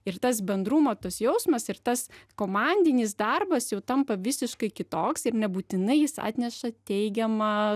ir tas bendrumo tas jausmas ir tas komandinis darbas jau tampa visiškai kitoks ir nebūtinai jis atneša teigiamą